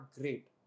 great